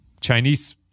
Chinese